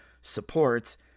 supports